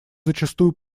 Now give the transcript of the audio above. зачастую